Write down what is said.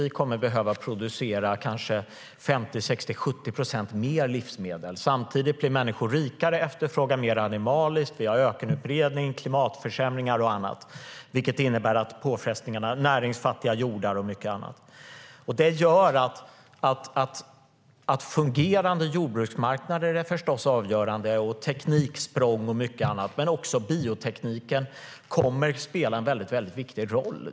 Vi kommer att behöva producera 50, 60, 70 procent mer livsmedel. Samtidigt blir människor rikare och efterfrågar mer animaliskt. Vi har ökenutbredning, klimatförsämringar, näringsfattiga jordar och mycket annat. Det gör att fungerande jordbruksmarknader är avgörande, liksom tekniksprång, men också biotekniken kommer att spela en mycket viktig roll.